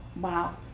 wow